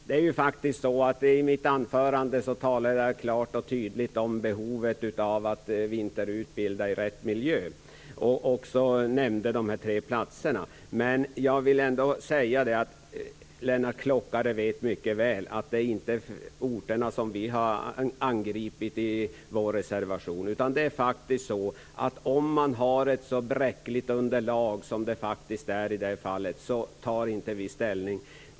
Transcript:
Fru talman! I mitt anförande talade jag klart och tydligt om behovet av att vinterutbilda i rätt miljö. Jag nämnde de tre aktuella platserna. Lennart Klockare vet mycket väl att det inte är orterna som vi angriper i vår reservation. Om underlaget är så bräckligt som det faktiskt är i det här fallet tar vi inte ställning.